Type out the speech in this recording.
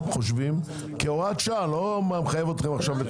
כהוראת שעה תביאו את זה.